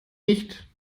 nicht